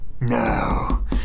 No